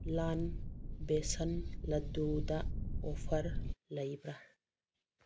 ꯂꯥꯜ ꯕꯦꯁꯟ ꯂꯥꯗꯨꯗ ꯑꯣꯐꯔ ꯂꯩꯕ꯭ꯔꯥ